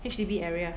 H_D_B area